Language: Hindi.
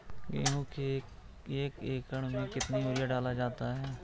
गेहूँ के एक एकड़ में कितना यूरिया डाला जाता है?